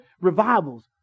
revivals